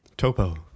topo